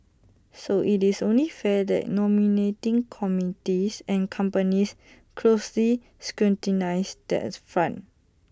so IT is only fair that nominating committees and companies closely scrutinise that front